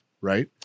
right